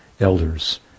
elders